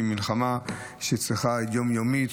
זו מלחמה שצריכה להיות יום-יומית,